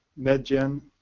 medgen,